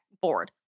board